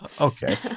Okay